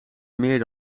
meer